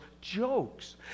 jokes